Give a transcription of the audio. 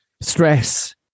stress